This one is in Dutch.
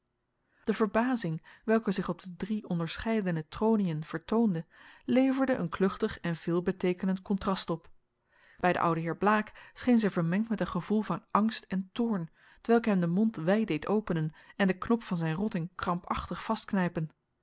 de verbazing welke zich op de drie onderscheidene troniën vertoonde leverde een kluchtig en veelbeteekenond contrast op bij den ouden heer blaek scheen zij vermengd met een gevoel van angst en toorn t welk hem den mond wijd deed openen en den knop van zijn rotting krampachtig